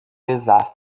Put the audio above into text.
desastre